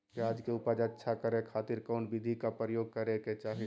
प्याज के उपज अच्छा करे खातिर कौन विधि के प्रयोग करे के चाही?